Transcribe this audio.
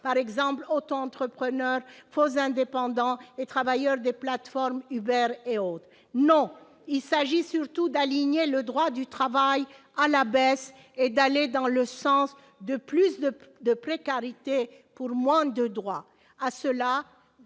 précaires, autoentrepreneurs, faux indépendants ou travailleurs des plateformes Uber et autres. Non, il s'agit surtout d'aligner le droit du travail à la baisse et d'offrir plus de précarité pour moins de droits.